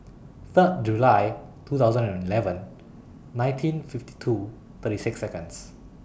Third July two thousand and eleven nineteen fifty two thirty six Seconds